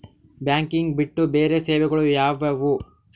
Banking ಬಿಟ್ಟು ಬೇರೆ ಸೇವೆಗಳು ಯಾವುವು?